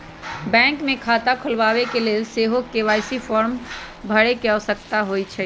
bank मे खता खोलबाबेके लेल सेहो के.वाई.सी फॉर्म भरे के आवश्यकता होइ छै